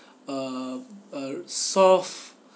uh err solve